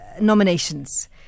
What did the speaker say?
nominations